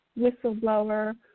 Whistleblower